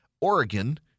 Oregon